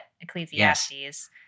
Ecclesiastes